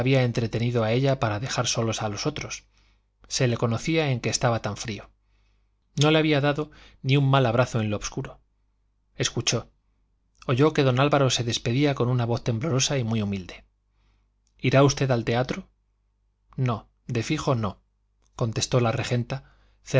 entretenido a ella para dejar solos a los otros se le conocía en que estaba tan frío no le había dado ni un mal abrazo en lo obscuro escuchó oyó que don álvaro se despedía con una voz temblona y muy humilde irá usted al teatro no de fijo no contestó la regenta